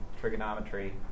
trigonometry